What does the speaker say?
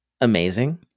amazing-